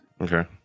Okay